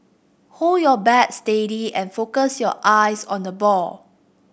hold your bat steady and focus your eyes on the ball